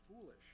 foolish